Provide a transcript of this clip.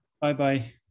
Bye-bye